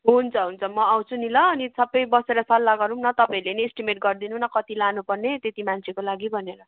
हुन्छ हुन्छ म आउँछु नि ल अनि सबै बसेर सल्लाह गरौँ न तपाईँहरूले नै एस्टिमेट गरिदिनु न कति लानुपर्ने त्यति मान्छेको लागि भनेर